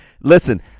Listen